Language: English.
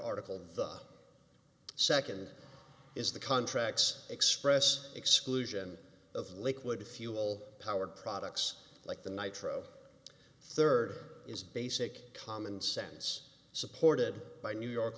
article the second is the contracts express exclusion of liquid fuel powered products like the niter third is basic common sense supported by new york